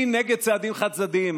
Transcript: אני נגד צעדים חד-צדדיים,